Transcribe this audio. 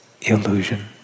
illusion